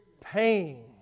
pain